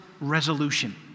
resolution